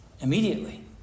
Immediately